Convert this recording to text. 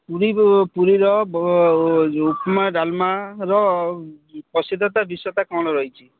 ପୁରୀ ପୁରୀର ଯେଉଁ ଉପମା ଡାଲମାର ପ୍ରସିଦ୍ଧତା ବିଷୟଟା କ'ଣ ରହିଛି